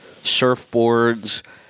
surfboards